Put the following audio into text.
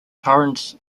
torrens